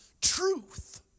truth